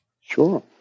Sure